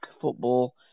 football